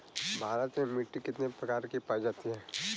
भारत में मिट्टी कितने प्रकार की पाई जाती हैं?